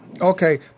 Okay